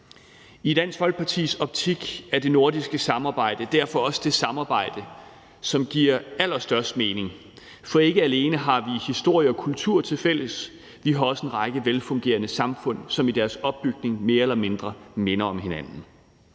I Dansk Folkepartis optik er det nordiske samarbejde derfor også det samarbejde, som giver allerstørst mening. For ikke alene har vi historie og kultur tilfælles, vi har også en række velfungerende samfund, som i deres opbygning mere eller mindre minder om hinanden.